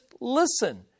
listen